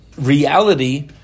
reality